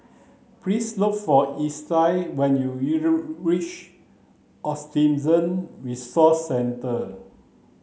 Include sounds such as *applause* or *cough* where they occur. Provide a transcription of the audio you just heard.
please look for Estie when you *unintelligible* reach Autism Resource Centre